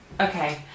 Okay